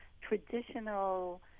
traditional